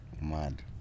Mad